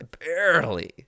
barely